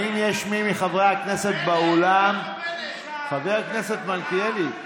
האם יש מי מחברי הכנסת באולם, חבר הכנסת מלכיאלי,